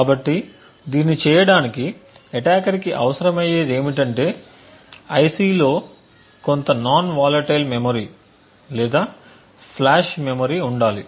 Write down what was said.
కాబట్టి దీన్ని చేయడానికి అటాకర్ కి అవసరమయ్యేది ఏమిటంటే ఐసిలో కొంత నాన్ వాలటైల్ మెమరీ లేదా ఫ్లాష్ మెమరీఉండాలి